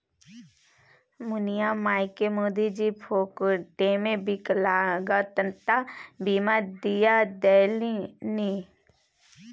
मुनिया मायकेँ मोदीजी फोकटेमे विकलांगता बीमा दिआ देलनि